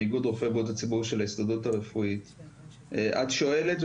את שואלת,